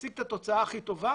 להשיג את התוצאה הכי טובה